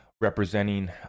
representing